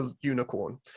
unicorn